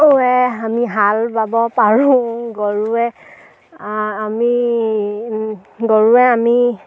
গৰুৱে আমি হাল বাব পাৰোঁ গৰুৱে আমি গৰুৱে আমি